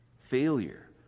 failure